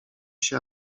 się